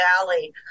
Valley